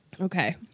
Okay